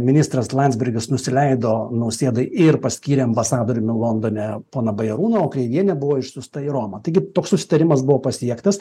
ministras landsbergis nusileido nausėdai ir paskyrė ambasadoriumi londone pono bajarūno o kreivienė buvo išsiųsta į romą taigi toks susitarimas buvo pasiektas